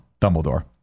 Dumbledore